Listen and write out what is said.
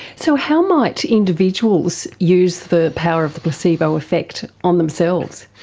so how might individuals use the power of the placebo effect on themselves?